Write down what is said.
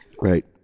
Right